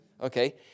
Okay